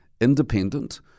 independent